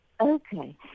Okay